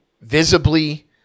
visibly